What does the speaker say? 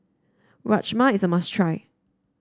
Rajma is a must try